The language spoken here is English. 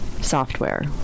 software